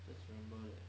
just remember that